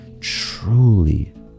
truly